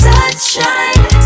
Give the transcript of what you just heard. Sunshine